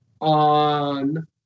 on